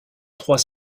trois